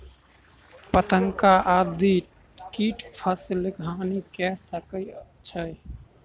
पतंगा आदि कीट फसिलक हानि कय सकै छै